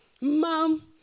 Mom